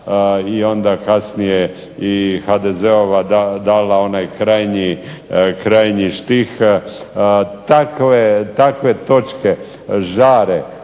i onda kasnije i HDZ-ova dala onaj krajnji štih. Takve točke žare